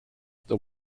the